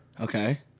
Okay